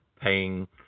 paying